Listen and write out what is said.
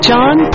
John